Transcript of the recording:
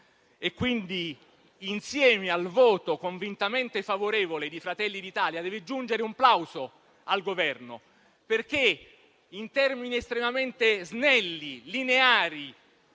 Quindi, insieme al voto convintamente favorevole di Fratelli d'Italia, deve giungere un plauso al Governo, perché, in termini estremamente snelli, lineari